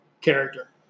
character